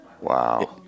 Wow